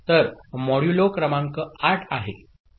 तर मॉड्यूलो क्रमांक 8 आहे